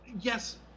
yes